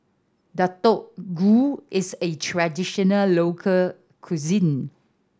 Deodeok Gui is a traditional local cuisine